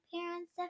parents